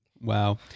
Wow